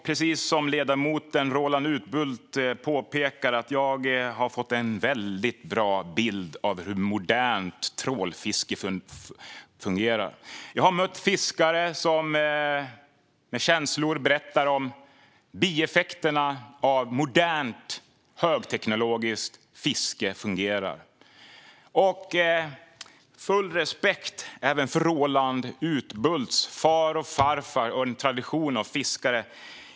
Precis som ledamoten Roland Utbult påpekade har jag fått en väldigt bra bild av hur modernt trålfiske fungerar. Jag har mött fiskare som med känslor berättar om bieffekterna av modernt, högteknologiskt fiske. Jag har full respekt även för Roland Utbults far och farfar och en tradition av fiskare.